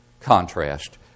contrast